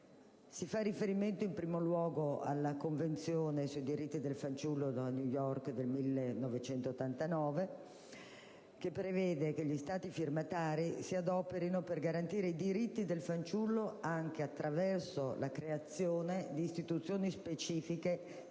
si fa riferimento alla Convenzione sui diritti del fanciullo di New York del 1989, che prevede che gli Stati firmatari si adoperino per garantire i diritti del fanciullo anche attraverso la creazione di Istituzioni specifiche